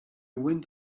went